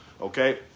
Okay